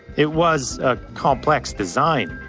it was a complex design.